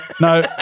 no